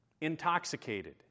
intoxicated